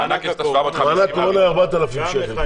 מענק קורונה של 4,000 שקל.